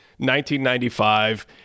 1995